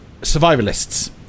survivalists